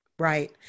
Right